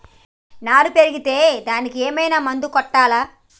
నారు పెరిగే దానికి ఏదైనా మందు కొట్టాలా?